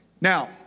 now